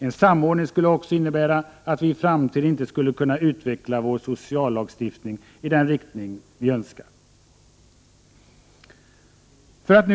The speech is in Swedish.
En samordning skulle också innebära att vi i framtiden inte skulle kunna utveckla vår sociallagstiftning i den riktning vi önskar.